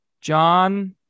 John